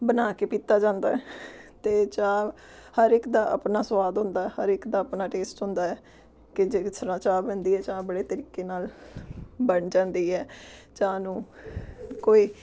ਬਣਾ ਕੇ ਪੀਤਾ ਜਾਂਦਾ ਅਤੇ ਚਾਹ ਹਰ ਇੱਕ ਦਾ ਆਪਣਾ ਸਵਾਦ ਹੁੰਦਾ ਹਰ ਇੱਕ ਦਾ ਆਪਣਾ ਟੇਸਟ ਹੁੰਦਾ ਹੈ ਕਿ ਜੇ ਕਿਸ ਤਰ੍ਹਾਂ ਚਾਹ ਬਣਦੀ ਹੈ ਚਾਹ ਬੜੇ ਤਰੀਕੇ ਨਾਲ ਬਣ ਜਾਂਦੀ ਹੈ ਚਾਹ ਨੂੰ ਕੋਈ